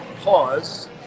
pause